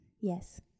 yes